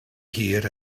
hir